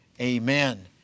Amen